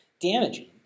damaging